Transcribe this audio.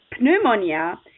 pneumonia